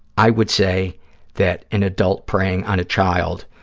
i would say that an adult preying on a child,